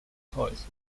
toys